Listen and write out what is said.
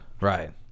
right